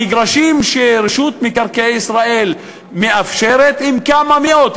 המגרשים שרשות מקרקעי ישראל מאפשרת הם כמה מאות,